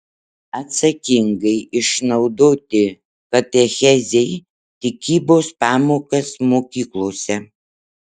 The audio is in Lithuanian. atsakingai išnaudoti katechezei tikybos pamokas mokyklose